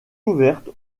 ouverte